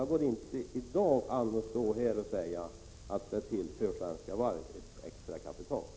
Det går inte att i dag säga att Svenska Varv AB tillförs extra kapital.